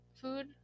food